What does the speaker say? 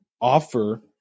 offer